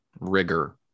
rigor